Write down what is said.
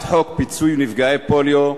הצעת חוק פיצוי נפגעי פוליו (תיקון,